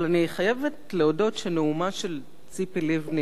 אבל אני חייבת להודות שנאומה של ציפי לבני,